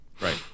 Right